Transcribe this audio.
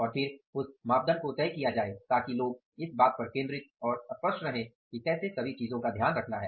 और फिर उस मापदंड को तय किया जाये ताकि लोग इस बात पर केंद्रित और स्पष्ट रहे कि कैसे सभी चीजों का ध्यान रखना है